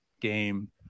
game